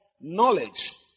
Knowledge